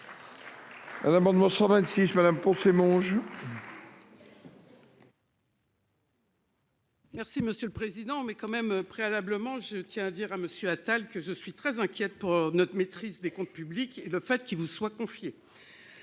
Un amendement 126 madame pour ces mon. Merci monsieur le président. Mais quand même, préalablement je tiens à dire à monsieur Attal, que je suis très inquiète pour notre maîtrise des comptes publics et le fait qu'il vous soit confiée.